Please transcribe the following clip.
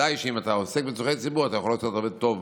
בוודאי שאם אתה עוסק בצורכי ציבור אתה יכול לעשות הרבה טוב,